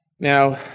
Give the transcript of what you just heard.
Now